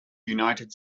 united